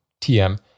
TM